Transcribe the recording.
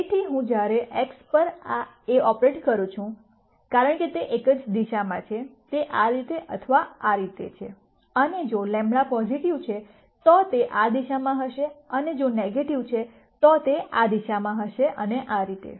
તેથી જ્યારે હું x પર A ઓપરેટ કરું છું કારણ કે તે એક જ દિશામાં છે તે આ રીતે અથવા આ રીતે છે અને જો λ પોઝિટિવ છે તો તે આ દિશામાં હશે અને જો નેગેટિવ છે તો તે આ દિશામાં હશે અને આ રીતે